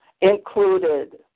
included